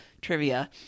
trivia